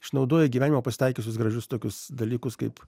išnaudoji gyvenimo pasitaikiusius gražius tokius dalykus kaip